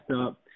up